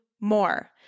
more